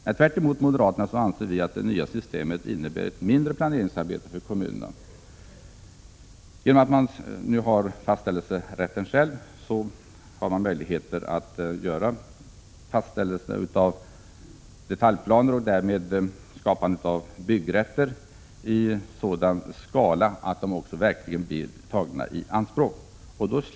I motsats till moderaterna anser vi att det nya systemet innebär ett mindre planeringsarbete för kommunerna. De kan själva fastställa detaljplanerna och skapa byggrätter i sådan skala att de verkligen tas i anspråk.